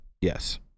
Yes